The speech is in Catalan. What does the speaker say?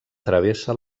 travessa